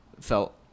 felt